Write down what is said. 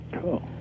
Cool